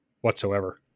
whatsoever